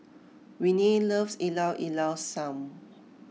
Renee loves Ilao Ilao Sanum